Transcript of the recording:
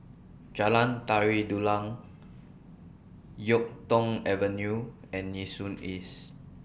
Jalan Tari Dulang Yuk Tong Avenue and Nee Soon East